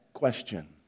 question